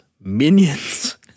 Minions